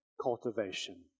cultivation